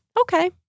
okay